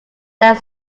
their